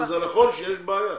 אבל זה נכון שיש בעיה,